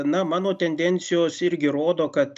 na mano tendencijos irgi rodo kad